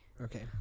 Okay